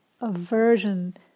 aversion